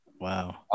Wow